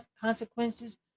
consequences